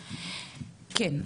כן,